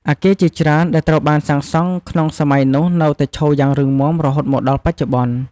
អគារជាច្រើនដែលត្រូវបានសាងសង់ក្នុងសម័យនោះនៅតែឈរយ៉ាងរឹងមាំរហូតមកដល់បច្ចុប្បន្ន។